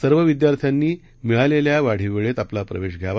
सर्व विद्यार्थ्यांनी मिळालेल्या वाढीव वेळेत आपला प्रवेश घ्यावा